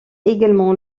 également